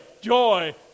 joy